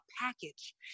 package